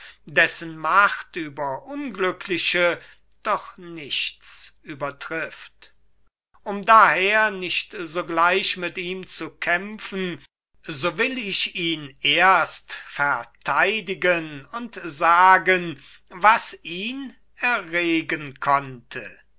dessen macht über unglückliche doch nichts übertrifft um daher nicht sogleich mit ihm zu kämpfen so will ich ihn erst vertheidigen und sagen was ihn erregen konnte